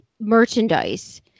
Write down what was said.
merchandise